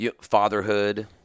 fatherhood